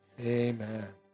amen